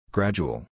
Gradual